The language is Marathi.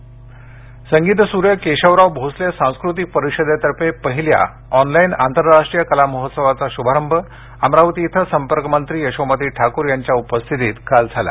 केशवराव भोसले संगीतसूर्य केशवराव भोसले सांस्कृतिक परिषदेतर्फे पहिल्या ऑनलाईन आंतरराष्ट्रीय कला महोत्सवाचा शुभारंभ अमरावती इथं संपर्कमंत्री यशोमती ठाकूर यांच्या उपस्थितीत काल झाला